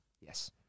Yes